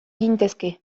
gintezke